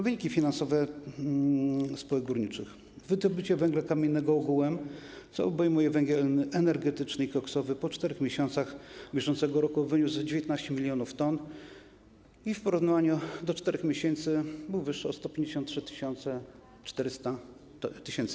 Wyniki finansowe spółek górniczych: wydobycie węgla kamiennego ogółem, co obejmuje węgiel energetyczny i koksowy, po 4 miesiącach bieżącego roku wynosiło 19 mln t i w porównaniu do 4 miesięcy było wyższe o 153 400 t.